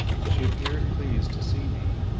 she appeared pleased to see me,